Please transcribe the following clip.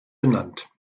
benannt